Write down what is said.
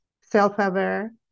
self-aware